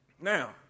Now